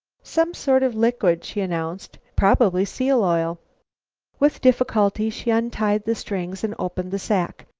some sort of liquid, she announced. probably seal-oil. with difficulty she untied the strings and opened the sack.